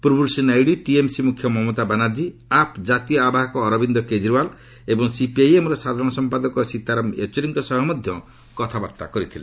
ପୂର୍ବରୁ ଶ୍ରୀ ନାଇଡ଼ୁ ଟିଏମ୍ସି ମୁଖ୍ୟ ମମତା ବାନାର୍ଜୀ ଆପ୍ ଜାତୀୟ ଆବାହକ ଅରବିନ୍ଦ କେଜରିଓ଼ାଲ୍ ଏବଂ ସିପିଆଇଏମ୍ର ସାଧାରଣ ସମ୍ପାଦକ ସୀତାରାମ୍ ୟେଚ୍ଚରୀଙ୍କ ସହ କଥାବାର୍ତ୍ତା କରିଛନ୍ତି